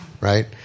Right